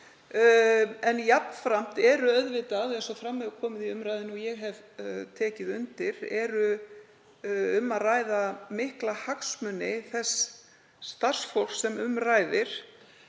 En jafnframt er auðvitað, eins og fram hefur komið í umræðunni og ég hef tekið undir, um að ræða mikla hagsmuni þess starfsfólks sem um ræðir.